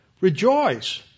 Rejoice